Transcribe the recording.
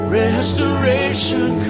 restoration